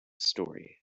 story